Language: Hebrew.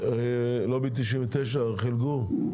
לובי 99, רחל גור.